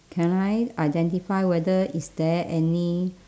can I identify whether is there any